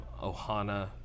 Ohana